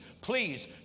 please